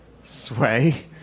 sway